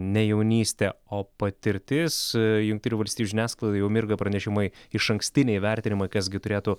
ne jaunystė o patirtis jungtinių valstijų žiniasklaidoj jau mirga pranešimai išankstiniai vertinimai kas gi turėtų